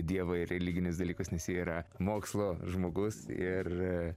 dievą ir religinius dalykus nes ji yra mokslo žmogus ir